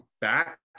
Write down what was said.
back